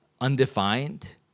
undefined